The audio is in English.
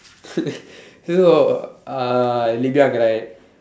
you know uh Livia Glide